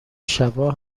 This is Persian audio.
شبا